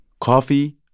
Coffee